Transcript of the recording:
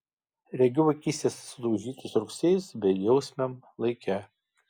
regiu vaikystės sudaužytus rugsėjus bejausmiam laike